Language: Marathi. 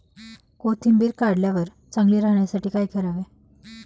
कोथिंबीर काढल्यावर चांगली राहण्यासाठी काय करावे?